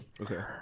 Okay